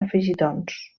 afegitons